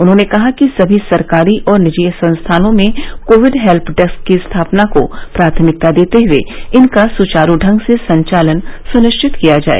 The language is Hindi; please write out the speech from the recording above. उन्होंने कहा कि सभी सरकारी और निजी संस्थानों में कोविड हेल्प डेस्क की स्थापना को प्राथमिकता देते हुए इनका सुचारू ढंग से संचालन सुनिश्चित किया जाए